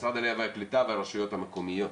משרד העלייה והקליטה והרשויות המקומיות.